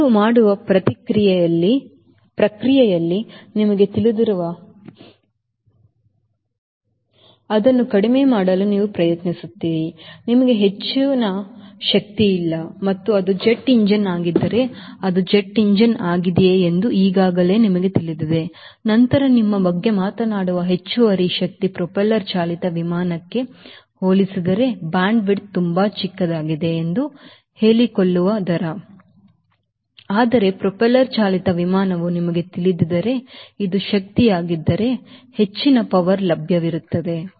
ಆದ್ದರಿಂದ ನೀವು ಮಾಡುವ ಪ್ರಕ್ರಿಯೆಯಲ್ಲಿ ನಿಮಗೆ ತಿಳಿದಿರುವ ಅದನ್ನು ಕಡಿಮೆ ಮಾಡಲು ನೀವು ಪ್ರಯತ್ನಿಸುತ್ತೀರಿ ನಿಮಗೆ ಹೆಚ್ಚಿನ ಹೆಚ್ಚುವರಿ ಶಕ್ತಿಯಿಲ್ಲ ಮತ್ತು ಅದು ಜೆಟ್ ಎಂಜಿನ್ ಆಗಿದ್ದರೆ ಅದು ಜೆಟ್ ಎಂಜಿನ್ ಆಗಿದೆಯೆ ಎಂದು ಈಗಾಗಲೇ ನಿಮಗೆ ತಿಳಿದಿದೆ ನಂತರ ನಿಮ್ಮ ಬಗ್ಗೆ ಮಾತನಾಡುವ ಹೆಚ್ಚುವರಿ ಶಕ್ತಿ ಪ್ರೊಪೆಲ್ಲರ್ ಚಾಲಿತ ವಿಮಾನಕ್ಕೆ ಹೋಲಿಸಿದರೆ ಬ್ಯಾಂಡ್ವಿಡ್ತ್ ತುಂಬಾ ಚಿಕ್ಕದಾಗಿದೆ ಎಂದು ಹೇಳಿಕೊಳ್ಳುವ ದರ ಆದರೆ ಪ್ರೊಪೆಲ್ಲರ್ ಚಾಲಿತ ವಿಮಾನವು ನಿಮಗೆ ತಿಳಿದಿದ್ದರೆ ಇದು ಶಕ್ತಿಯಾಗಿದ್ದರೆ ಹೆಚ್ಚಿನ power ಲಭ್ಯವಿರುತ್ತದೆ